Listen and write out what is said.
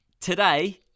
Today